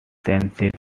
sensitive